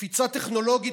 קפיצה טכנולוגית,